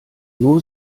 nur